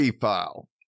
file